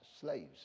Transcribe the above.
slaves